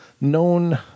Known